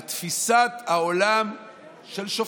על תפיסת העולם של שופטים.